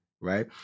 Right